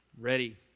ready